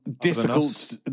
difficult